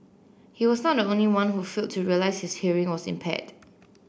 he was not the only one who feel to realise his hearing was impaired